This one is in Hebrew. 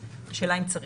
השאלה היא אם צריך.